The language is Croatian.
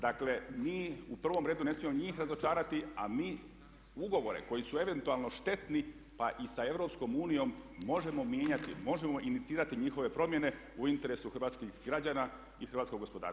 Dakle mi u prvom redu ne smijemo njih razočarati a mi ugovore koji su eventualno štetni pa i sa Europskom unijom možemo mijenjati, možemo inicirati njihove promjene u interesu hrvatskih građana i hrvatskog gospodarstva.